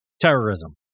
Terrorism